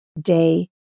day